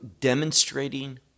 demonstrating